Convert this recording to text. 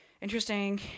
interesting